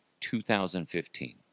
2015